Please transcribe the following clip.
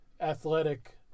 athletic